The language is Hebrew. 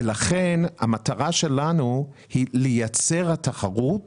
לכן המטרה שלנו היא לייצר תחרות